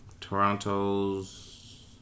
Toronto's